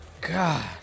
God